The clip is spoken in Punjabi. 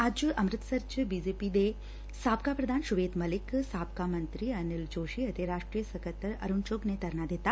ਅੱਜ ਅੰਮਿਤਸਰ ਚ ਬੀਜੇਪੀ ਦੇ ਸਾਬਕਾ ਪ੍ਰਧਾਨ ਸ਼ਵੇਤ ਮਲਿਕ ਸਾਬਕਾ ਮੰਤਰੀ ਅਨਿਲ ਜੋਸ਼ੀ ਅਤੇ ਰਾਸਟਰੀ ਸਕੱਤਰ ਅਰੁਣ ਚੁੱਗ ਨੇ ਧਰਨਾ ਦਿੱਤਾ